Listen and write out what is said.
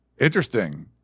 Interesting